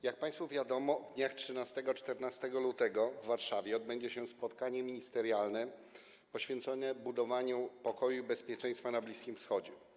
Jak państwu wiadomo, w dniach 13 i 14 lutego w Warszawie odbędzie się spotkanie ministerialne poświęcone budowaniu pokoju i bezpieczeństwa na Bliskim Wschodzie.